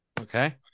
Okay